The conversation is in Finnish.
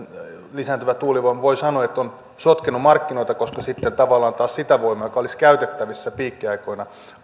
lisääntyvä tuulivoima voi sanoa ovat sotkeneet markkinoita koska sitten tavallaan taas sitä voimaa joka olisi käytettävissä piikkiaikoina